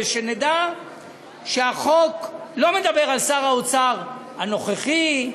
שנדע שהחוק לא מדבר על שר האוצר הנוכחי,